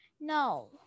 No